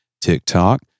TikTok